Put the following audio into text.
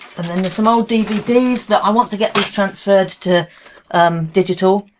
and then there's some old dvds that i want to get these transferred to um digital.